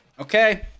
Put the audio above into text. Okay